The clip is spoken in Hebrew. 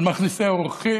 על מכניסי האורחים,